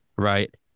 right